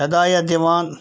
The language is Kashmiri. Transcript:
ہدایت دِوان